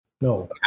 no